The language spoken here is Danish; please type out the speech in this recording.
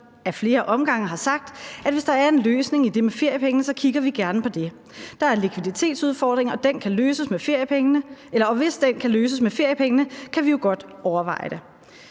i flere omgange har sagt, at hvis der er en løsning i det med feriepengene, kigger vi gerne på det. Der er en likviditetsudfordring, og kan den løses med feriepengene, kan vi jo godt overveje det«.